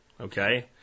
Okay